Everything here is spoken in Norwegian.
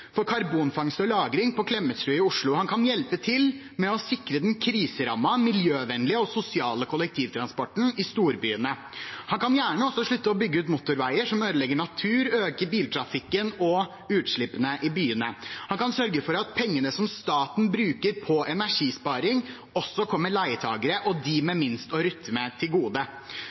for karbonfangst og -lagring på Klemetsrud i Oslo. Han kan hjelpe til med å sikre den kriserammede, miljøvennlige og sosiale kollektivtransporten i storbyene. Han kan gjerne også slutte å bygge ut motorveier som ødelegger natur og øker biltrafikken og utslippene i byene. Han kan sørge for at pengene som staten bruker på energisparing, også kommer leietakere og dem med minst å rutte med til gode.